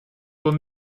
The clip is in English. will